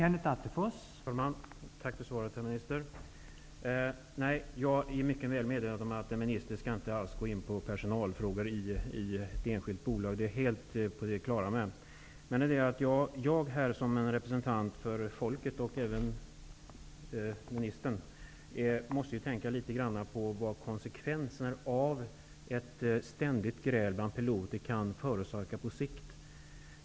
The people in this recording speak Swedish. Herr talman! Tack för svaret herr minister. Jag är mycket väl medveten om att en minister inte skall kommentera personalfrågor i ett enskilt bolag. Det är jag helt på det klara med. Men jag och även ministern måste som representanter för folket tänka litet grand på konsekvenserna av ett ständigt gräl bland piloterna och på vad det kan förorsaka på sikt.